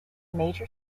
major